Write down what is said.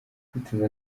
kwicuza